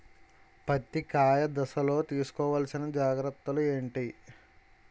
పత్తి కాయ దశ లొ తీసుకోవల్సిన జాగ్రత్తలు ఏంటి?